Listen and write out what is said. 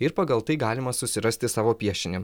ir pagal tai galima susirasti savo piešinį